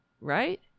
Right